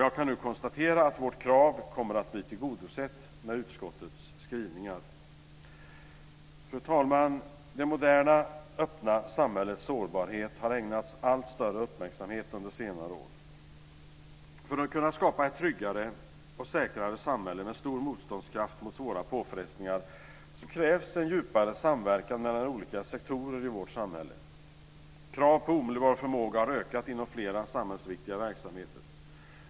Jag kan nu konstatera att vårt krav kommer att bli tillgodosett med utskottets skrivningar. Fru talman! Det moderna öppna samhällets sårbarhet har ägnats allt större uppmärksamhet under senare år. För att vi ska kunna skapa ett tryggare och säkrare samhälle med stor motståndskraft mot svåra påfrestningar krävs en djupare samverkan mellan olika sektorer i vårt samhälle. Krav på omedelbar förmåga har ökat inom flera samhällsviktiga verksamheter.